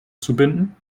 zubinden